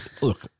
look